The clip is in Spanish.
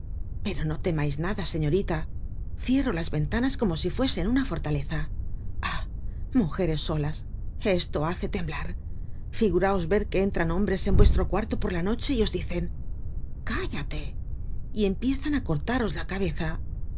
pero no temais nada señorita cierro las ventanas como si fuesen una fortaleza ah mujeres solas esto hace temblar figuraos ver que entran hombres en vuestro cuarto por la noche y os dicen cállate y empiezan á cortaros la cabeza